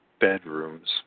bedrooms